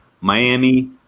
Miami